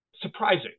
surprising